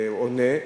עונה,